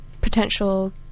potential